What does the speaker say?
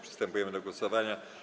Przystępujemy do głosowania.